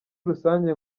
rusange